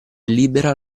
libera